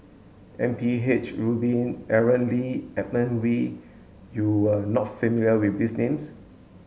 M P H Rubin Aaron Lee Edmund Wee you are not familiar with these names